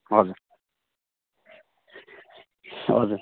हजुर हजुर